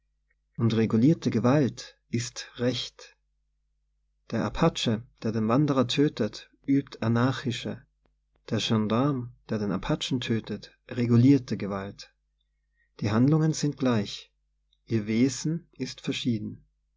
und regulierte gewalt ist recht der apache der den wanderer tötet übt anarchische der gendarm der den apachen tötet regulierte gewalt die handlungen sind gleich ihr wesen ist verschieden